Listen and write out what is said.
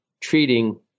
treating